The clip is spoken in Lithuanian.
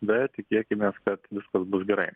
bet tikėkimės kad viskas bus gerai